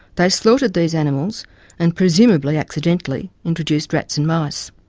they slaughtered these animals and presumably accidentally introduced rats and mice.